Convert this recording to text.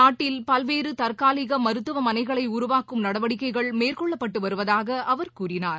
நாட்டின் பல்வேறுதற்காலிகமருத்துவமனைகளைஉருவாக்கும் நடிவடிக்கைகள் மேற்கொள்ளப்பட்டுவருவதாகஅவர் கூறினார்